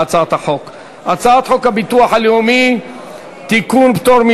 אם כן, רבותי, הצעת החוק עברה בקריאה טרומית